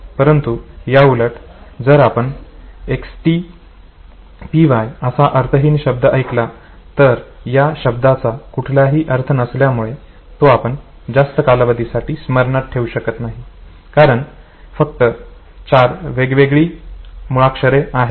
परंतु याउलट जर आपण XTPY असा अर्थहीन शब्द ऐकला तर या शब्दाचा कुठलाही अर्थ नसल्यामुळे तो आपण जास्त कालावधीसाठी स्मरणात ठेवू शकत नाही कारण ही फक्त चार वेगवेगळी मुळाक्षरे आहेत